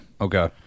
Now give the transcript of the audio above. Okay